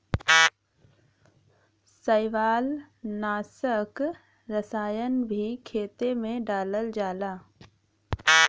शैवालनाशक रसायन भी खेते में डालल जाला